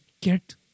get